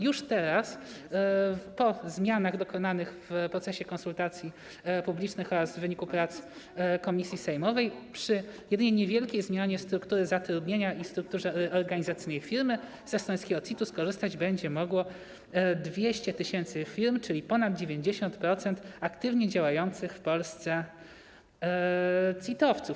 Już teraz, po zmianach dokonanych w procesie konsultacji publicznych oraz w wyniku prac komisji sejmowej, przy jedynie niewielkiej zmianie struktury zatrudnienia i w strukturze organizacyjnej firmy, z estońskiego CIT-u skorzystać będzie mogło 200 tys. firm, czyli ponad 90% aktywnie działających w Polsce CIT-owców.